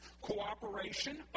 cooperation